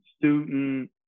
student